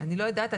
אני לא יודעת.